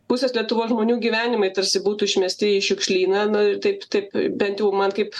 pusės lietuvos žmonių gyvenimai tarsi būtų išmesti į šiukšlyną na ir taip taip bent jau man kaip